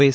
S